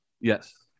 Yes